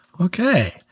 Okay